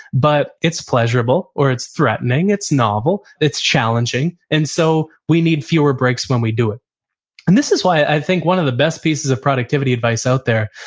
but it's pleasurable or it's threatening, it's novel, it's challenging. and so we need fewer breaks when we do. and this is why i think one of the best pieces of productivity advice out there,